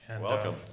Welcome